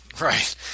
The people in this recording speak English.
Right